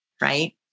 right